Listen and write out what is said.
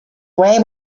way